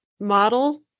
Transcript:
model